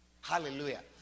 hallelujah